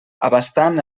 abastant